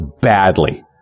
badly